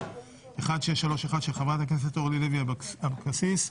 של חברת הכנסת אורלי לוי אבקסיס.